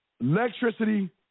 electricity